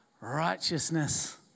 righteousness